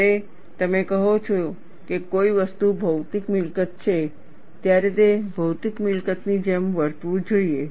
જ્યારે તમે કહો છો કે કોઈ વસ્તુ ભૌતિક મિલકત છે ત્યારે તે ભૌતિક મિલકતની જેમ વર્તવું જોઈએ